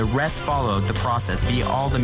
ולכן המיקוד שלנו זה העלאת המודעות הציבורית,